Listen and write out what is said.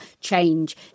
change